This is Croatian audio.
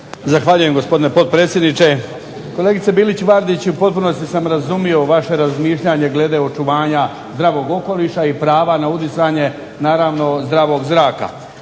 Zahvaljujem gospodine potpredsjedniče. Kolegice Bilić VArdić potpuno sam razumio vaše razmišljanje glede očuvanja zdravog okoliša i prava na udisanje zdravog zraka.